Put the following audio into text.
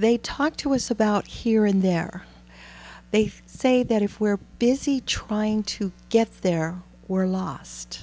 they talk to us about here and there they say that if we're busy trying to get there were lost